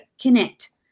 connect